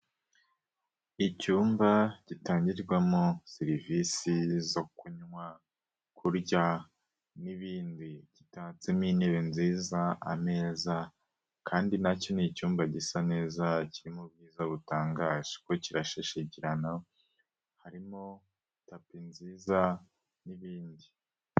Icyumba gitangirwamo serivisi zo kunywa, kurya n'ibindi, gitatsemo intebe nziza, ameza kandi nacyo ni icyumba gisa neza kirimo ubwiza butangaje, kuko kirashashagirana harimo tapi nziza n'ibindi.